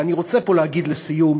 ואני רוצה פה להגיד לסיום,